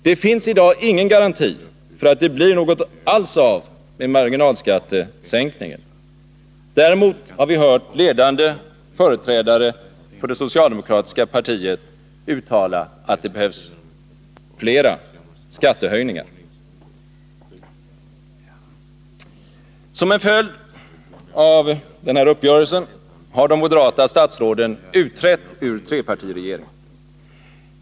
Det finns i dag ingen garanti för att det blir något alls av med marginalskattesänkningen. Däremot har vi hört ledande företrädare för det socialdemokratiska partiet uttala att det behövs flera skattehöjningar. Som en följd av denna uppgörelse har de moderata statsråden utträtt ur trepartiregeringen.